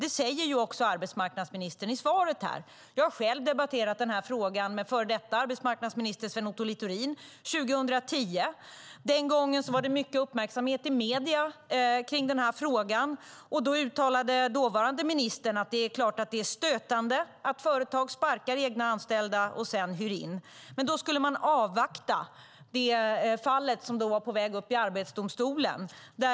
Det säger också arbetsmarknadsministern i svaret. Jag debatterade själv frågan med före detta arbetsmarknadsminister Sven Otto Littorin 2010. Den gången fick det mycket uppmärksamhet i medierna, och dåvarande ministern uttalade att det var stötande att företag sparkade anställda och hyrde in. Man skulle dock avvakta det fall som var på väg upp i Arbetsdomstolen.